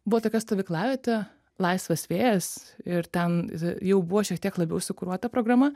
buvo tokia stovyklavietė laisvas vėjas ir ten jau buvo šiek tiek labiau sukuruota programa